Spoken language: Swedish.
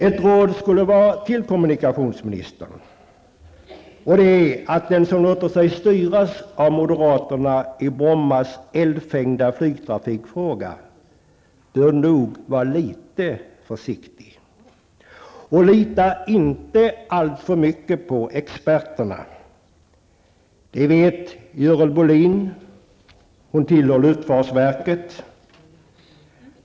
Ett råd till kommunikationsministern är att den som låter sig styras av moderaterna i den eldfängda flygtrafikfrågan när det gäller Bromma bör nog vara litet försiktig. Och lita inte alltför mycket på experterna! Det vet Görel Bohlin att man inte skall göra. Hon tillhör luftfartsverket.